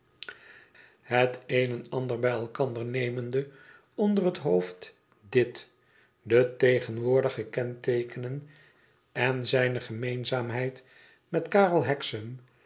het een en ander bij elkander nemende onder het hoofd dit de tegenwoordige ken teekenen en zijne gemeenzaamheid met karelhexam